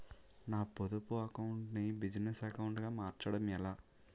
నా పొదుపు అకౌంట్ నీ బిజినెస్ అకౌంట్ గా మార్చడం ఎలా?